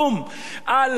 על הפצצות,